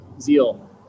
Zeal